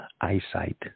eyesight